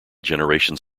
generations